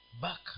back